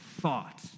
thought